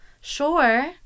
Sure